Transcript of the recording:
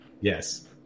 Yes